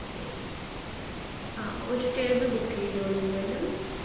okay ഒരു table book ചെയ്തോളു എന്തായാലും